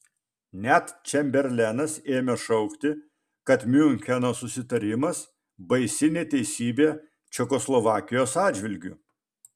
net čemberlenas ėmė šaukti kad miuncheno susitarimas baisi neteisybė čekoslovakijos atžvilgiu